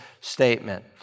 statement